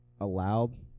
allowed